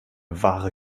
wahre